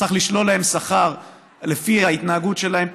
צריך לשלול להם שכר לפי ההתנהגות שלהם פה.